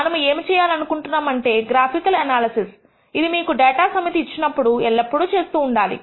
మనము ఏమి ఏమి చేయాలి అనుకుంటున్నాము అంటే గ్రాఫికల్ ఎనాలసిస్ ఇది మీకు డేటా సమితి ఇచ్చినప్పుడు ఎల్లప్పుడూ చేస్తూ ఉండాలి